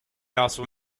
also